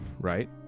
Right